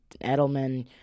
Edelman